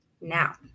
now